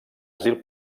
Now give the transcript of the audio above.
asil